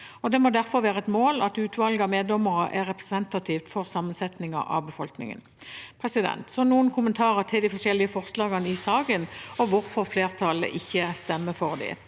Det må derfor være et mål at utvalget av meddommere er representativt for sammensetningen i befolkningen. Jeg har noen kommentarer til de forskjellige forslagene i saken, og hvorfor flertallet ikke stemmer for dem: